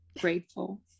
grateful